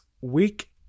week